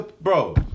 Bro